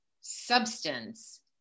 substance